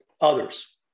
others